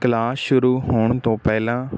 class ਸ਼ੁਰੂ ਹੋਣ ਤੋਂ ਪਹਿਲਾਂ